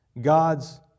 God's